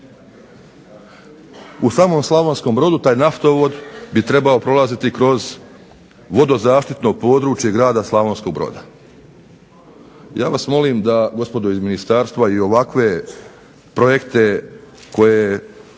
U samom Slavonskom Brodu taj naftovod bi trebao prolaziti kroz vodozaštitno područje grada Slavonskog Broda. Ja vas molim da gospodo iz ministarstva i ovakve projekte koje,